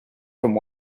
from